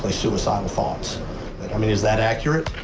like suicidal thoughts. i mean is that accurate?